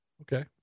Okay